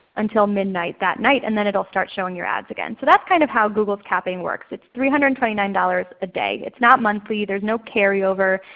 until midnight that night and then it will start showing your ads again. so that's kind of how google's capping works. it's three hundred and twenty nine dollars a day. it's not monthly. there's no carryover.